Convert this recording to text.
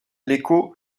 l’écho